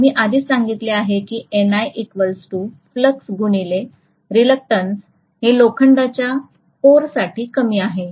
आम्ही आधीच सांगितले आहे की Ni इक्वल टू फ्लक्स गुणिले रीलक्टंस हे लोखंडाच्या कोरसाठी कमी आहे